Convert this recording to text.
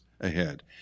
ahead